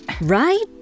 right